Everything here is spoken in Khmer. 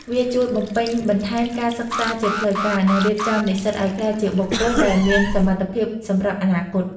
វាជួយបំពេញបន្ថែមការសិក្សាជាផ្លូវការ និងរៀបចំនិស្សិតឱ្យក្លាយជាបុគ្គលដែលមានសមត្ថភាពសម្រាប់អនាគត។